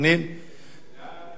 בבקשה.